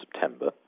September